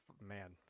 man